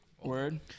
Word